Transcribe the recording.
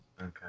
Okay